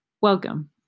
Welcome